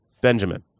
Benjamin